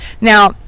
Now